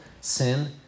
sin